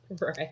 Right